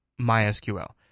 MySQL